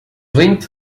linked